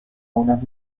unas